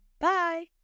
bye